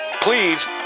Please